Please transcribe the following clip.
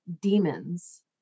demons